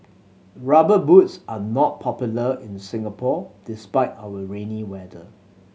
Rubber Boots are not popular in Singapore despite our rainy weather